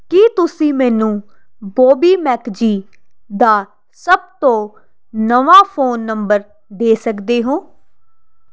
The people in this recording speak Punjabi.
ਕੀ ਤੁਸੀਂ ਮੈਨੂੰ ਬੌਬੀ ਮੈਕਜੀ ਦਾ ਸਭ ਤੋਂ ਨਵਾਂ ਫ਼ੋਨ ਨੰਬਰ ਦੇ ਸਕਦੇ ਹੋ